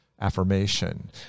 affirmation